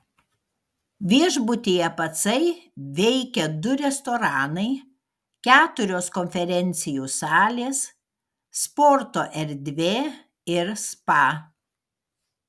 viešbutyje pacai veikia du restoranai keturios konferencijų salės sporto erdvė ir spa